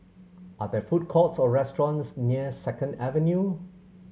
are there food courts or restaurants near Second Avenue